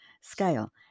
scale